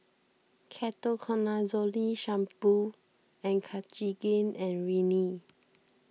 Ketoconazole Shampoo and Cartigain and Rene